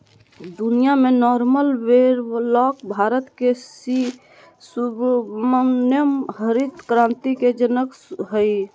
दुनिया में Norman Borlaug Bharat के सी सुब्रमण्यम हरित क्रांति के जनक हलई